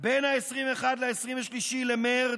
בין 21 ל-23 במרץ,